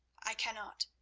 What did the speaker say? i cannot.